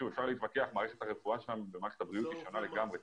אפשר להתווכח כי מערכת הרפואה ומערכת הבריאות שלנו שונה לגמרי.